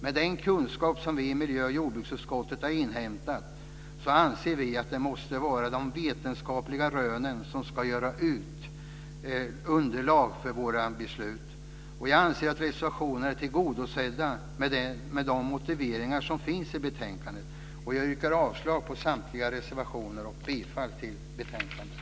Med den kunskap som vi i miljöoch jordbruksutskottet har inhämtat anser vi att det måste vara de vetenskapliga rönen som ska utgöra underlag för våra beslut. Jag anser att reservationerna är tillgodosedda med de motiveringar som finns i betänkandet. Jag yrkar avslag på samtliga reservationer och bifall till förslaget i betänkandet.